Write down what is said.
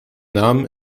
namen